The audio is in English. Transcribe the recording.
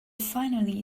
finally